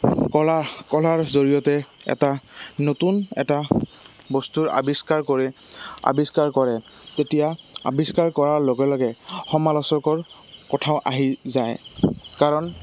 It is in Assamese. কলা কলাৰ জৰিয়তে এটা নতুন এটা বস্তুৰ আৱিষ্কাৰ কৰে আৱিষ্কাৰ কৰে তেতিয়া আৱিষ্কাৰ কৰাৰ লগে লগে সমালোচকৰ কথাও আহি যায় কাৰণ